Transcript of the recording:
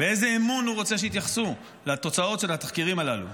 באיזה אמון הוא רוצה שיתייחסו לתוצאות של התחקירים הללו?